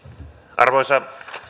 arvoisa